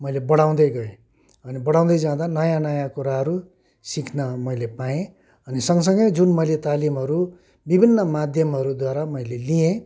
मैले बडाउँदै गएँ बडाउँदै जाँदा अनि नयाँ नयाँ कुराहरू सिक्न मैले पाएँ अनि सँगसँगै जुन मैले तालिमहरू विभिन्न माध्यमद्वारा मैले लिएँ